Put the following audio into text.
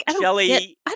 Shelly